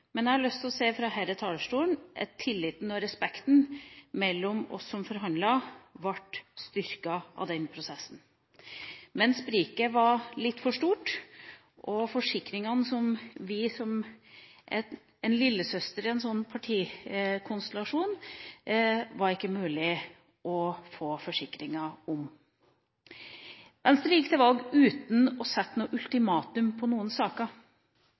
men jeg har lyst å si fra denne talerstolen at tilliten og respekten mellom oss som forhandlet, ble styrket av den prosessen. Men spriket var litt for stort, og forsikringene som vi som en lillesøster i en sånn partikonstellasjon ønsket, var det ikke mulig å få. Venstre gikk til valg uten å stille ultimatum i noen saker.